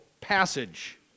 passage